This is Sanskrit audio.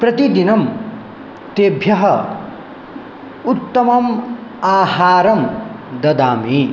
प्रतिदिनं तेभ्यः उत्तमम् आहारं ददामि